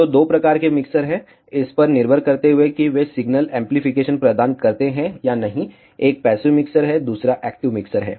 तो दो प्रकार के मिक्सर हैं इस पर निर्भर करते हुए कि वे सिग्नल एम्पलीफिकेशन प्रदान करते हैं या नहीं एक पैसिव मिक्सर है दूसरा एक्टिव मिक्सर है